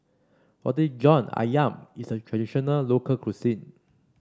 Roti John ayam is a traditional local cuisine